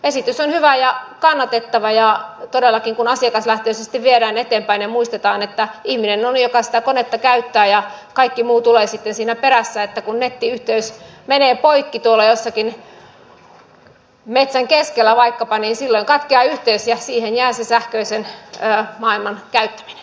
esitys on hyvä ja kannatettava ja todellakin asiakaslähtöisesti viedään eteenpäin ja muistetaan että ihminen on se joka sitä konetta käyttää ja kaikki muu tulee sitten siinä perässä ja että kun nettiyhteys menee poikki vaikkapa tuolla jossakin metsän keskellä niin silloin katkeaa yhteys ja siihen jää se sähköisen maailman käyt